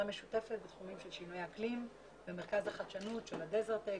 משותפת בתחומים של שינויי אקלים במרכז החדשנות של ה-דזרד-טק,